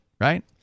right